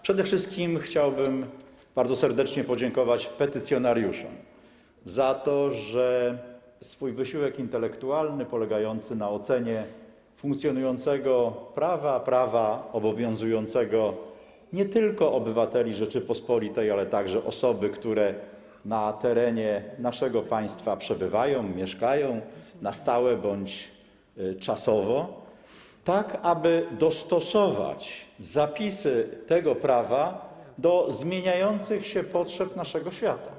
Przede wszystkim chciałbym bardzo serdecznie podziękować petycjonariuszom za ich wysiłek intelektualny, polegający na ocenie funkcjonującego prawa, prawa obowiązującego nie tylko obywateli Rzeczypospolitej, ale także osoby, które na terenie naszego państwa przebywają i mieszkają na stałe bądź czasowo, na rzecz dostosowania zapisów tego prawa do zmieniających się potrzeb naszego świata.